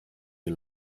you